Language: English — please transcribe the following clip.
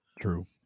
True